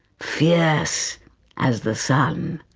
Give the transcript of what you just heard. fierce as the sun.